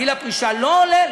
גיל הפרישה לא עולה,